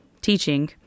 teaching